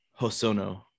Hosono